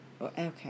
Okay